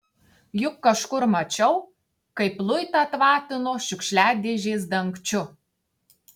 juk kažkur mačiau kaip luitą tvatino šiukšliadėžės dangčiu